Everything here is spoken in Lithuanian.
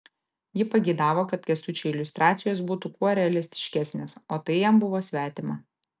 ji pageidavo kad kęstučio iliustracijos būtų kuo realistiškesnės o tai jam buvo svetima